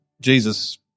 Jesus